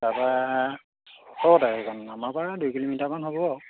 তাৰপা ওচৰতে সেইখন আমাৰ পৰা দুই কিলোমিটাৰমান হ'ব